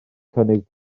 cynnig